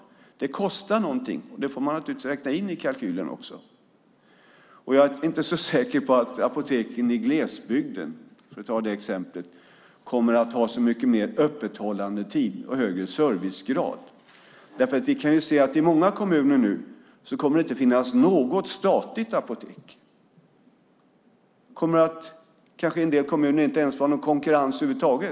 Men det kostar någonting, och det får man räkna in i kalkylen. Jag är inte så säker på att apoteken i glesbygden, för att ta det exemplet, kommer att ha så mycket utökat öppethållande och högre servicegrad. I många kommuner kommer det inte att finnas något statligt apotek. I en del kommuner kommer det inte ens att vara någon konkurrens över huvud taget.